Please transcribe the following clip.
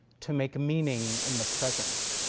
to make a meaning in the present.